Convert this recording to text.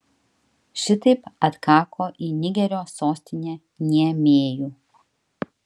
šitaip atkako į nigerio sostinę niamėjų